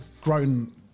grown